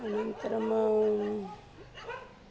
अनन्तरम्